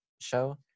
show